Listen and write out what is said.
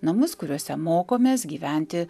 namus kuriuose mokomės gyventi